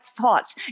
thoughts